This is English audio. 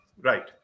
Right